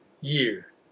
year